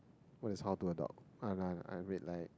what is how to adult I read like